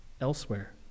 elsewhere